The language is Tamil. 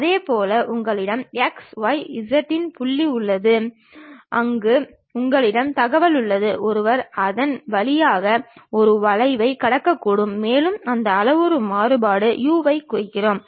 அதேபோல் உங்களிடம் x y z என்ற புள்ளி உள்ளது அங்கு உங்களிடம் தகவல் உள்ளது ஒருவர் அதன் வழியாக ஒரு வளைவைக் கடக்கக்கூடும் மேலும் அந்த அளவுரு மாறுபாடு u ஐக் குறிப்பிடுகிறோம்